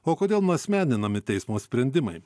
o kodėl nuasmeninami teismo sprendimai